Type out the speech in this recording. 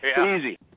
Easy